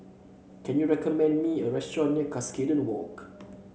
can you recommend me a restaurant near Cuscaden Walk